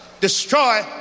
destroy